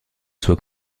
soient